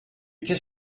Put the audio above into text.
qu’est